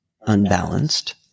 unbalanced